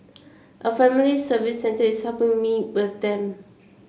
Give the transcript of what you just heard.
a family service centre is helping me with them